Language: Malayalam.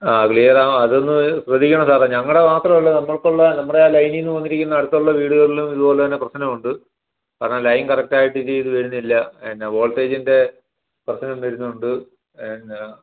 ആ ക്ലിയർ ആണ് അതൊന്ന് ശ്രദ്ധിക്കണം സാറെ ഞങ്ങളുടെ മാത്രം ഉള്ളു നമുക്കുള്ള നമ്മുടെ ലൈനീന്ന് വന്നിരിക്കുന്ന അടുത്തുള്ള വീടുകളിലും ഇതുപോലെത്തന്നെ പ്രശ്നമുണ്ട് കാരണം ലൈൻ കറക്ട് ആയിട്ട് ഇതിൽനിന്ന് വരുന്നില്ല പിന്നെ വോൾട്ടേജിൻ്റെ പ്രശ്നം വരുന്നുണ്ട് പിന്നെ